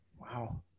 wow